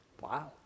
Wow